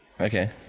Okay